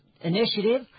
initiative